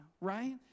right